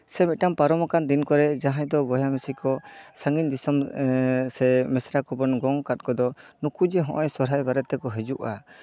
ᱥᱮ ᱢᱤᱫᱴᱟᱝ ᱯᱟᱨᱚᱢ ᱟᱠᱟᱱ ᱫᱤᱱ ᱠᱚᱨᱮᱜ ᱡᱟᱦᱟᱸᱭ ᱫᱚ ᱵᱚᱭᱦᱟ ᱢᱤᱥᱤ ᱠᱚ ᱥᱟᱺᱜᱤᱧ ᱫᱤᱥᱚᱢ ᱥᱮ ᱢᱤᱥᱨᱟ ᱠᱚᱵᱚᱱ ᱜᱚᱝ ᱠᱟᱜ ᱠᱚᱫᱚ ᱱᱩᱠᱩ ᱡᱮ ᱱᱚᱜᱼᱚᱭ ᱥᱚᱦᱨᱟᱭ ᱵᱟᱨᱮᱛᱮᱠᱚ ᱦᱤᱡᱩᱜᱼᱟ